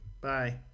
Bye